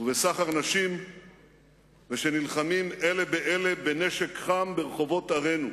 ובסחר נשים ונלחמים אלה באלה בנשק חם ברחובות ערינו.